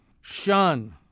Shun